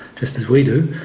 just as we do,